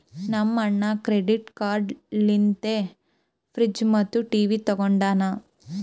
ನಮ್ ಅಣ್ಣಾ credit card ಲಿಂತೆ ಫ್ರಿಡ್ಜ್ ಮತ್ತ ಟಿವಿ ತೊಂಡಾನ